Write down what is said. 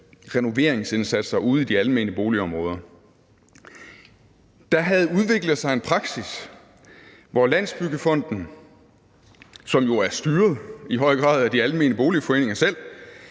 renoveringsindsatser ude i de almene boligområder. Der havde udviklet sig en praksis, hvor Landsbyggefonden, som jo i høj grad er styret af de almene boligforeninger selv,